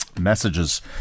messages